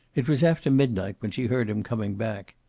it was after midnight when she heard him coming back.